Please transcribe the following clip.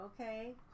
okay